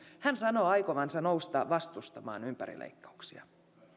hän sanoo aikovansa nousta vastustamaan ympärileikkauksia